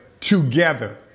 together